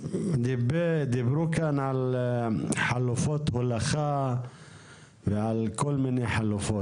דיברו כאן על חלופות הולכה ועל כל מיני חלופות,